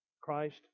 Christ